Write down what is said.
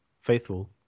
faithful